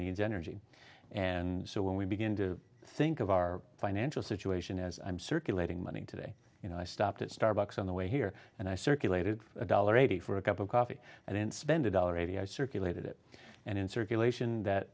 needs energy and so when we begin to think of our financial situation as i'm circulating money today you know i stopped at starbucks on the way here and i circulated a dollar a day for a cup of coffee i didn't spend a dollar a day i circulated it and in circulation that